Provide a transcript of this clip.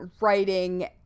writing